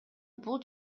бул